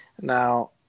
Now